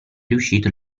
riuscito